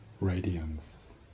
radiance